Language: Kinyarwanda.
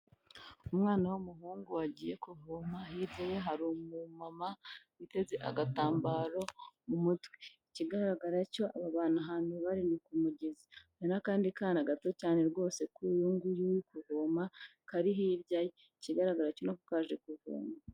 Umwana w'umuhungu wagiye kuvoma hirya ye hari umumama witeze agatambaro mu mutwe ikigaragara cyo aba bantu ahantu bari ni ku mugezi hari n'akandi kana gato cyane rwose kuri uyu nguyu uri kuvoma kari hirya ye ikigaragara cyo nako kaje kuvoma.